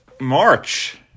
march